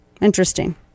interesting